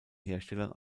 herstellern